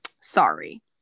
sorry